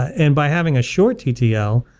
and by having a short ttl,